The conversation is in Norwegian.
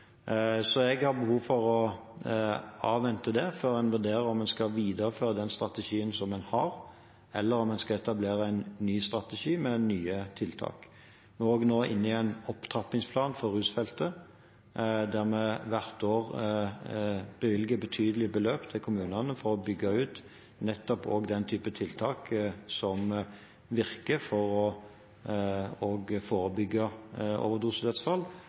så jeg har behov for å avvente det før en vurderer om en skal videreføre den strategien en har, eller om en skal etablere en ny strategi, med nye tiltak. Vi er nå inne i en opptrappingsplan for rusfeltet, der vi hvert år bevilger betydelige beløp til kommunene for å bygge ut nettopp den typen tiltak som forebygger overdosedødsfall. Vi skal i løpet av 2018 innføre pakkeforløp for